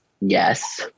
yes